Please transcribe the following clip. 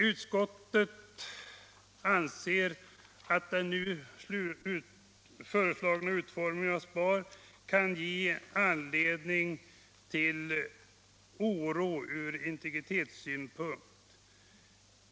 Utskottet anser att den nu föreslagna utformningen av SPAR kan ge anledning till oro ur integritetssynpunkt.